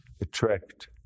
attract